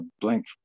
blank